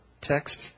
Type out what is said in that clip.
text